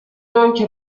آنکه